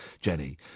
Jenny